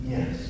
Yes